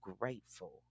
grateful